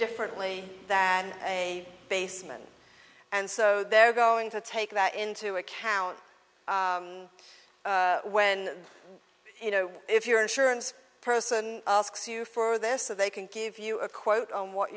differently than a baseman and so they're going to take that into account when you know if your insurance person asks you for this so they can give you a quote on what